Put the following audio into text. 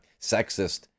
sexist